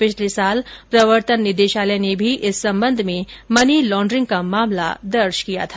पिछले साल प्रवर्तन निदेशालय ने भी इस संबंध में मनी लॉड्रिंग का मामला दर्ज किया था